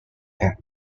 and